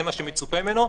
זה מה שמצופה ממנו,